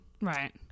Right